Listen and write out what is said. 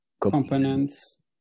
components